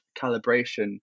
calibration